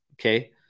okay